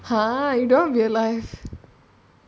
!huh! you don't want to be alive